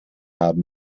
haben